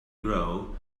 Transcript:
grow